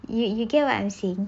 you you get what I'm saying